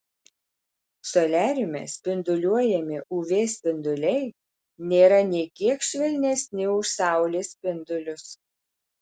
soliariume spinduliuojami uv spinduliai nėra nė kiek švelnesni už saulės spindulius